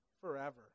forever